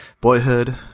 Boyhood